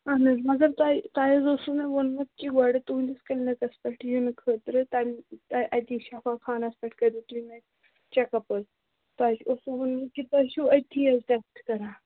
اَہن حظ مگر تۄہہِ تۄہہِ حظ اوسوُ مےٚ ووٚنمُت کہِ گۄڈٕ تُہٕنٛدِس کِلنِکَس پٮ۪ٹھ یِنہٕ خٲطرٕ تَمۍ اَتی شَفا خانَس پٮ۪ٹھ کٔرِو تُہۍ مےٚ چَک اَپ حظ تۄہہِ اوسوُ ووٚنمُت کہِ تُہۍ چھُو أتھی حظ ٹٮ۪سٹ کَران